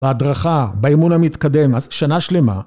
‫בהדרכה, באימון המתקדם. ‫אז שנה שלמה.